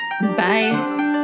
Bye